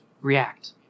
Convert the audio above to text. React